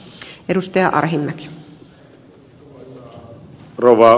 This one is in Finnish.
arvoisa rouva puhemies